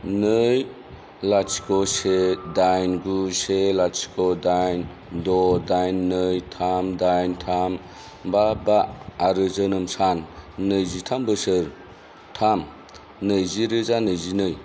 नै लाथिख से दाइन गु से लाथिख दाइन द' दाइन नै थाम दाइन थाम बा बा आरो जोनोम सान नैजिथाम बोसोर थाम नैजि रोजा नैजिनै